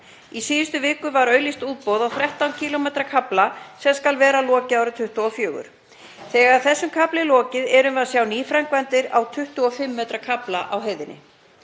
Í síðustu viku var auglýst útboð á 13 km kafla sem skal vera lokið árið 2024. Þegar þessum kafla er lokið erum við að sjá nýframkvæmdir á 25 km kafla á heiðinni.